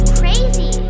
crazy